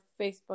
Facebook